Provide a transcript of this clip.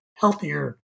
healthier